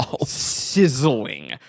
sizzling